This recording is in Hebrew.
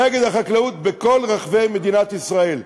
נגד החקלאות בכל רחבי מדינת ישראל.